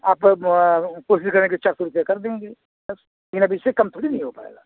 आप कोशिश करें कि चार सौ रुपये कर देंगे बस लेकिन अब इससे कम थोड़ी नहीं हो पाएगा